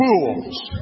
fools